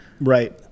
Right